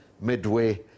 Midway